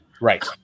right